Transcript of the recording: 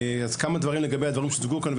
כמה דברים לגבי הדברים שהוצגו כאן.